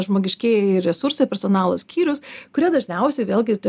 žmogiškieji resursai personalo skyrius kurie dažniausiai vėlgi tie